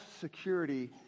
security